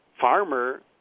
Farmer